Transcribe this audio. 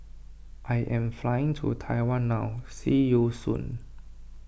I am flying to Taiwan now see you soon